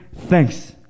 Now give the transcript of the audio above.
thanks